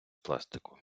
пластику